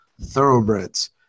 thoroughbreds